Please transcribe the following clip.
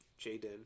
Jaden